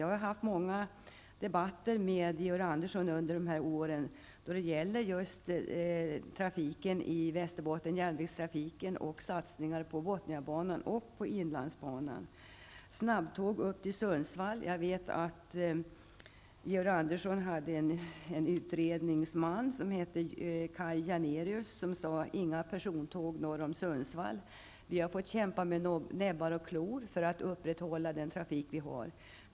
Jag har haft många debatter med Georg Andersson under dessa år som har gällt trafiken och järnvägstrafiken i Västerbotten och satsningarna på Botniabanan och inlandsbanan. Det har även gällt satsningar på snabbtåg till Sundsvall. Jag vet att Georg Anderssons utredningsman, Kaj Janérius, sade att det inte skall gå några persontåg norr om Sundsvall. Vi har fått kämpa med näbbar och klor för att upprätthålla den trafik vi har.